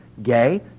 Gay